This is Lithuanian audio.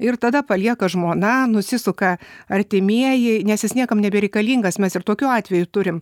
ir tada palieka žmona nusisuka artimieji nes jis niekam nebereikalingas mes ir tokių atvejų turim